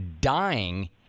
dying